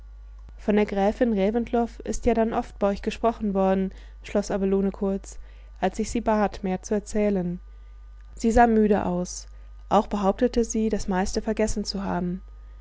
von der gräfin reventlow ist ja dann oft bei euch gesprochen worden schloß abelone kurz als ich sie bat mehr zu erzählen sie sah müde aus auch behauptete sie das meiste vergessen zu haben